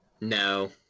No